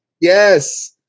Yes